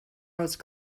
rose